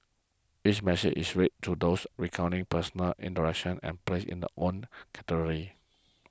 each message is read to those recounting personal interactions are placed in their own category